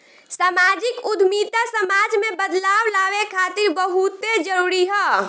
सामाजिक उद्यमिता समाज में बदलाव लावे खातिर बहुते जरूरी ह